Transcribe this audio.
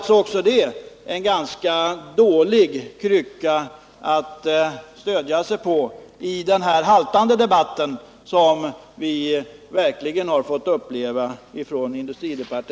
Även detta är alltså en ganska dålig krycka att stödja sig på i den här haltande debatten om Finnboda varv.